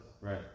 Right